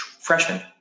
Freshman